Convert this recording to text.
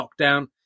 lockdown